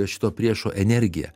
šito priešo energiją